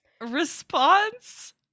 response